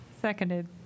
Seconded